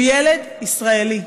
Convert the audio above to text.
הוא ילד ישראלי.